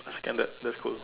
standard let's go